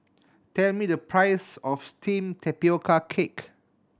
tell me the price of steamed tapioca cake